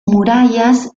murallas